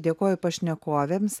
dėkoju pašnekovėms